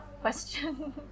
question